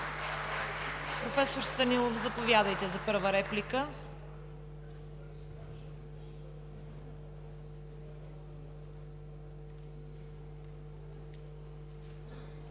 Професор Станилов, заповядайте за първа реплика.